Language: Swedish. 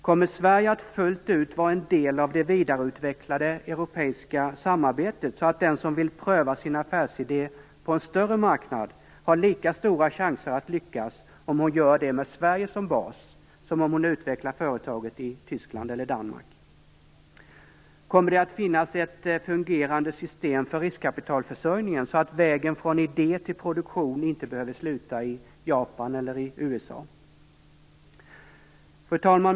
Kommer Sverige att fullt ut vara en del av det vidareutvecklade europeiska samarbetet, så att den som vill pröva sin affärsidé på en större marknad har lika stora chanser att lyckas om hon gör det med Sverige som bas som om hon utvecklar företaget i Tyskland eller Danmark? Kommer det att finnas ett fungerande system för riskkapitalförsörjningen, så att vägen från idé till produktion inte behöver sluta i Japan eller i USA? Fru talman!